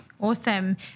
Awesome